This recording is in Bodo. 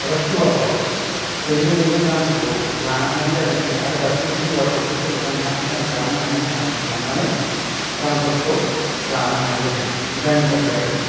एबा क्यिउआर कड नि गेजेजों रांफोरखौ लानो हानाय जादोंसै आरो बांसिनै क्यिउआर कर्डफोरखौ बिथांमोनहा स्केन खालामनो हानायनि खाबु खालामनानै रां फोरखौ लानो हानाय जादों जायनि थाखाय